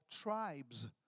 tribes